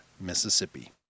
Mississippi